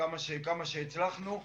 כמה שהצלחנו.